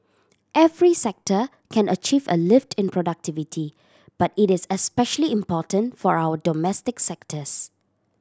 every sector can achieve a lift in productivity but it is especially important for our domestic sectors